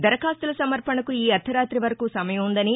దరఖాస్తుల సమర్పణకు ఈ అర్దరాతి వరకు సమయం ఉందని